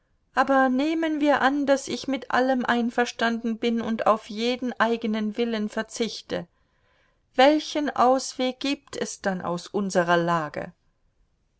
aber nehmen wir an daß ich mit allem einverstanden bin und auf jeden eigenen willen verzichte welchen ausweg gibt es dann aus unserer lage